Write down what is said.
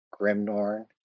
Grimnorn